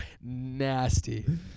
nasty